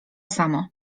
samo